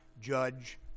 judge